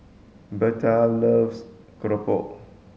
Berta loves Keropok